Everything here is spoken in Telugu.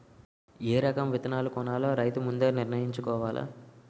ఏ రకం విత్తనాలు కొనాలో రైతు ముందే నిర్ణయించుకోవాల